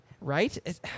Right